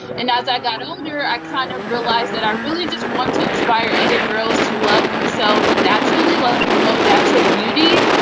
and as i got older, i kind of realized that i really just want to inspire other girls to love themselves naturally. promote natural beauty,